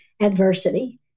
adversity